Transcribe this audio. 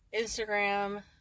instagram